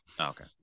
Okay